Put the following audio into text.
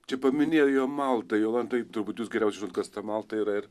čia paminėjo maltą jolanta turbūt jūs geriausiai žinot kas ta malta yra ir